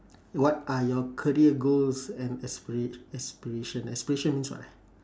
what are your career goals and aspira~ aspiration aspiration means what ah